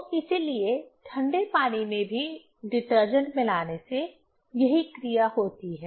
तो इसीलिए ठंडे पानी में भी डिटर्जेंट मिलाने से यही क्रिया होती है